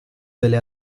delle